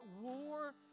war